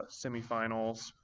semifinals